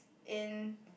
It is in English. in